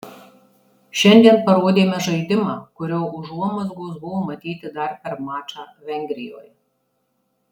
šiandien parodėme žaidimą kurio užuomazgos buvo matyti dar per mačą vengrijoje